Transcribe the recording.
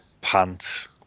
pants